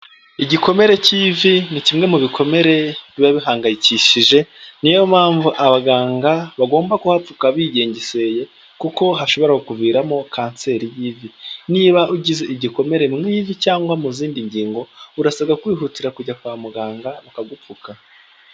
Igikomere k'ivi ni kimwe mu bikomere biba bihangayikishije niyo mpamvu abaganga bagomba kuhapfuka bigengeseye kuko hashobora kukuviramo kanseri y'ivi, niba ugize igikomere mu ivi cyangwa mu zindi ngingo urasabwa kwihutira kujya kwa muganga bakagupfuka.